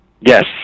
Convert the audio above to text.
Yes